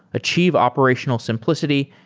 achieve operational simplicity,